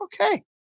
okay